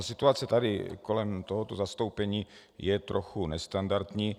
Situace kolem tohoto zastoupení je trochu nestandardní.